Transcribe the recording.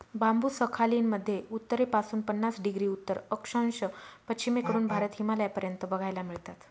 बांबु Sakhalin मध्ये उत्तरेपासून पन्नास डिग्री उत्तर अक्षांश, पश्चिमेकडून भारत, हिमालयापर्यंत बघायला मिळतात